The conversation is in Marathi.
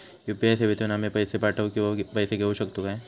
यू.पी.आय सेवेतून आम्ही पैसे पाठव किंवा पैसे घेऊ शकतू काय?